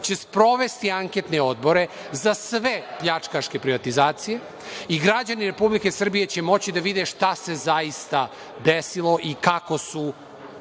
će sprovesti anketne odbore za sve pljačkaške privatizacije i građani Republike Srbije će moći da vide šta se zaista desilo i kako su